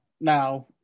now